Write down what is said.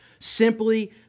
Simply